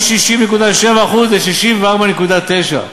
מ-66.7% ל-64.9%.